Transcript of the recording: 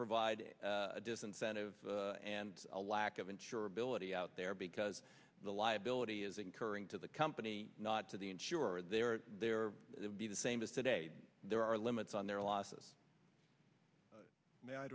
provide a disincentive and a lack of insurability out there because the liability is incurring to the company not to the insurer their their it would be the same as today there are limits on their losses may i